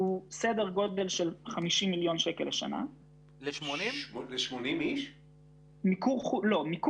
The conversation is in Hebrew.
עוד 80. מדינת ישראל מוציאה